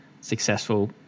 successful